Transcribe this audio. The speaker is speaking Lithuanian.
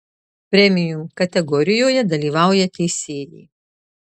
premium kategorijoje dalyvauja teisėjai